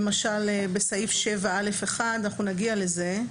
למשל בסעיף 7(א)(1), אנחנו נגיע לזה,